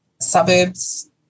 suburbs